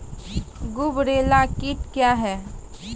गुबरैला कीट क्या हैं?